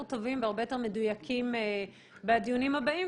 טובים והרבה יותר מדויקים בדיונים הבאים,